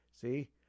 See